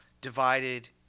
divided